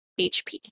HP